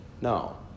No